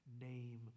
name